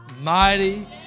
mighty